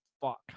fuck